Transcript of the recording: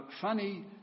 funny